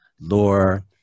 Lore